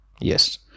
Yes